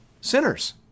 sinners